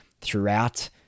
throughout